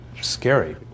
scary